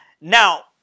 Now